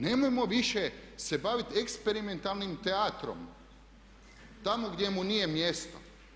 Nemojmo više se baviti eksperimentalnim teatrom tamo gdje mu nije mjesto.